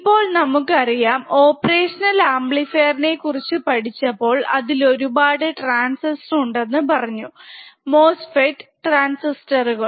ഇപ്പോൾ നമുക്കറിയാം operational amplifier നെ കുറിച്ച് പഠിച്ചപ്പോൾ അതിൽ ഒരുപാട് ട്രാൻസിസ്റ്റർ ഉണ്ടെന്നു പറഞ്ഞു MOSFET ട്രാൻസിസ്റ്ററുകൾ